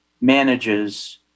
manages